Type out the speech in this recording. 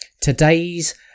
today's